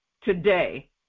today